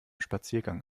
spaziergang